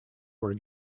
were